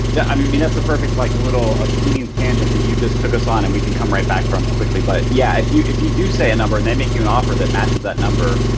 yeah i mean that's a perfect like little a teeny and tangent that you just took us on and we can come right back from quickly, but yeah. if you if you do say a number and they make you an offer that matches that number.